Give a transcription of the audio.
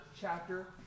chapter